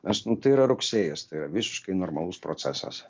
nes tai yra rugsėjis tai yra visiškai normalus procesas